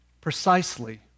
precisely